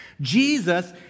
Jesus